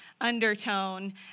undertone